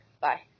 Bye